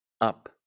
up